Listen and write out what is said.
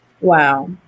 wow